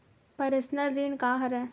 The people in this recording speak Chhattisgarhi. पर्सनल ऋण का हरय?